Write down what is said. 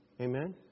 Amen